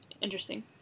interesting